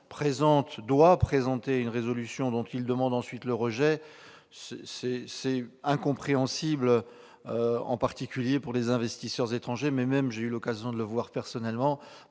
doit présenter une résolution dont il demande ensuite le rejet ! C'est incompréhensible, en particulier par les investisseurs étrangers, mais aussi, comme j'ai eu l'occasion de le constater moi-même,